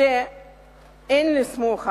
שאין לסמוך עליו,